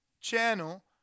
channel